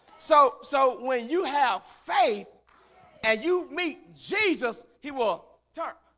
so so when you have faith and you meet jesus he will turn